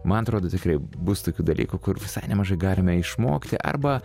man atrodo tikrai bus tokių dalykų kur visai nemažai galime išmokti arba